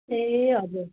ए हजुर